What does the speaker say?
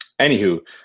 Anywho